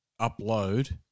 upload